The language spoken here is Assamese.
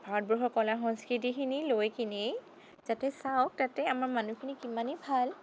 ভাৰতবৰ্ষৰ কলা সংস্কৃতিখিনি লৈকেনেই যাতে চাওঁক তাতে আমাৰ মানুহখিনি কিমানেই ভাল